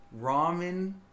ramen